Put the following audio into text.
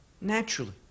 naturally